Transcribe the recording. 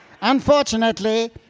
Unfortunately